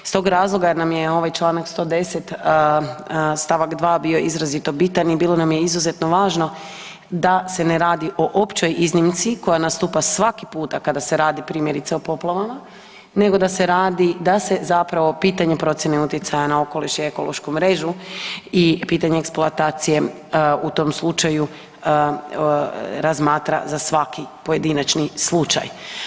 Iz tog razloga nam je ovaj čl. 110. stavak 2. bio izrazito bitan i bilo nam je izuzetno važno da se ne radi o općoj iznimci koja nastupa svaki puta kada se radi primjerice o poplavama, nego da se radi, da se zapravo pitanje procjene utjecaja na okoliš i ekološku mrežu i pitanje eksploatacije u tom slučaju razmatra za svaki pojedinačni slučaj.